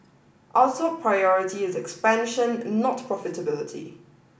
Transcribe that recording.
our top priority is expansion not profitability